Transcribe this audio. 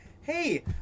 Hey